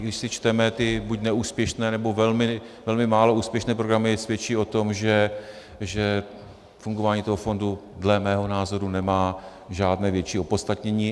Když si čteme ty buď neúspěšné, nebo velmi málo úspěšné programy, svědčí to o tom, že fungování toho fondu dle mého názoru nemá žádné větší opodstatnění.